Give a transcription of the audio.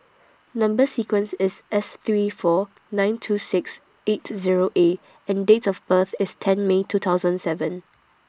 Number sequence IS S three four nine two six eight Zero A and Date of birth IS ten May two thousand seven